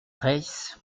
reiss